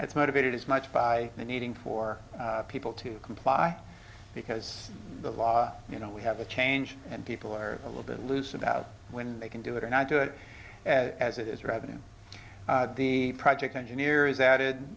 that's motivated as much by needing for people to comply because the law you know we have a change and people are a little bit loose about when they can do it or not do it as it is rather than the project engineer